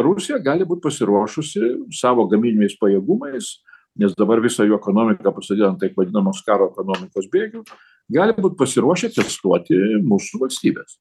rusija gali būt pasiruošusi savo gamybiniais pajėgumais nes dabar visą jų ekonomiką pasodino ant taip vadinamos karo ekonomikos bėgių gali būt pasiruošę testuoti mūsų valstybes